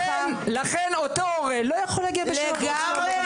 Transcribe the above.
ולכן אותו הורה לא יכול לבוא ב-7:30 לעבודה.